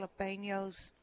jalapenos